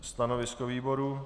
Stanovisko výboru?